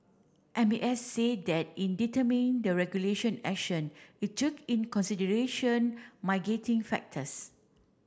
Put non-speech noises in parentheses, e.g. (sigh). M A S say that in determining the regulation action it took in consideration (unintelligible) factors